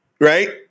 Right